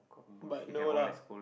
but no lah